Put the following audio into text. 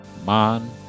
man